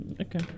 Okay